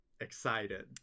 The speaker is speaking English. excited